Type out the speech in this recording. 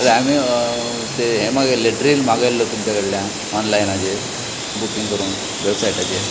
अ आमी ते हे मागयल्ले ड्रिल मागयल्लो तुमचे कडल्यान ऑनलायन हाजेर बुकींग करून वेबसायटाचेर